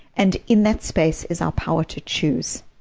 and in that space is our power to choose.